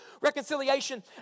reconciliation